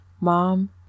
mom